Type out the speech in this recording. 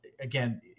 again